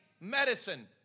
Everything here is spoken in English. medicine